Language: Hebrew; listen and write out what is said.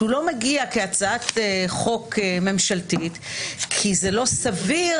שאינו מגיע כהצעת חוק ממשלתית כי זה לא סביר